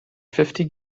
fifty